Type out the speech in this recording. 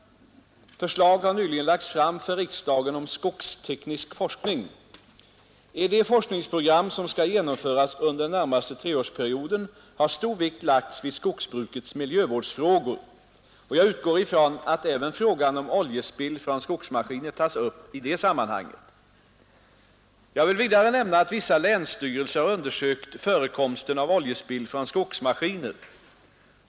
Förslag har nyligen lagts fram för riksdagen om skogsteknisk forskning. I det forskningsprogram som skall genomföras under den närmaste treårsperioden har stor vikt lagts vid skogsbrukets miljövårdsfrågor. Jag utgår från att även frågan om oljespill från skogsmaskiner tas upp i det sammanhanget. Jag vill vidare nämna att vissa länsstyrelser har undersökt förekomsten av oljespill från skogsmaskiner.